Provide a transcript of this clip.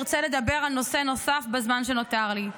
ארצה לדבר על נושא נוסף בזמן שנותר לי.